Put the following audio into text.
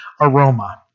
aroma